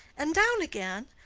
and down again?